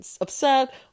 upset